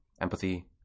empathy